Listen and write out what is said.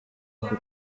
ako